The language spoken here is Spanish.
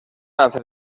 lance